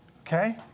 okay